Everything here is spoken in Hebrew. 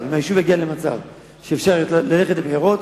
אם היישוב יגיע למצב שאפשר ללכת לבחירות,